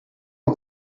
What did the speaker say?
not